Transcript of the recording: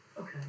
okay